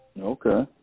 Okay